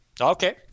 Okay